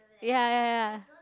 ya ya ya